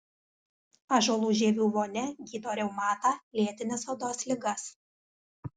ąžuolų žievių vonia gydo reumatą lėtines odos ligas